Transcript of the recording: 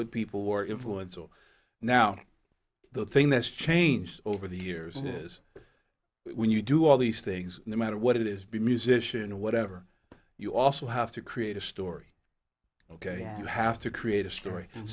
with people or influence or now the thing that's changed over the years news when you do all these things no matter what it is the musician or whatever you also have to create a story ok you have to create a story